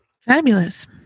Fabulous